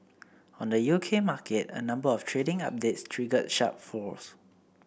on the U K market a number of trading updates triggered sharp falls